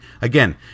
again